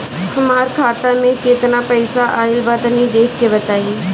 हमार खाता मे केतना पईसा आइल बा तनि देख के बतईब?